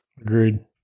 Agreed